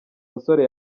musore